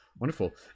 wonderful